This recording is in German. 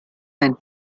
ein